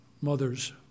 mother's